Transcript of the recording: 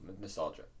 nostalgia